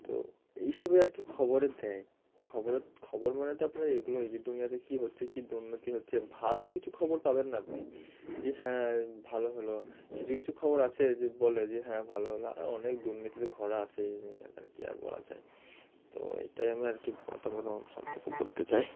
তো এই সবই আর কি খবরে দেয় খবরের খবর মানে তো আপনার এগুলোই যে দুনিয়াতে কী হচ্ছে কী দুর্নীতি হচ্ছে ভালো কিছু খবর পাবেন না আপনি যে হ্যাঁ ভালো হলো কিছু কিছু খবর আছে যে বলে যে হ্যাঁ ভালো হলো আরও অনেক দুর্নীতিতে ভরা আছে এই দুনিয়াতে আর কি আর বলা যায় তো এটাই আমি আর কি প্রথম প্রথম সম্পর্কে বলতে চাই